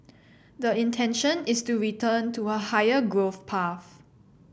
the intention is to return to a higher growth path